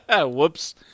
Whoops